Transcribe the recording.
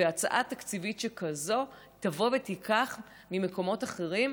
והצעה תקציבית שכזאת תבוא ותיקח ממקומות אחרים.